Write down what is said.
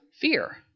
fear